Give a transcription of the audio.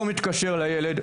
לא מתקשר לילד,